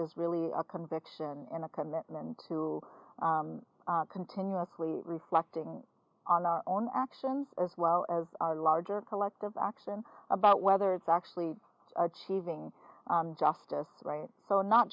is really a conviction in a commitment to continuously reflecting on our own actions as well as our larger collective action about whether it's actually achieving justice right so not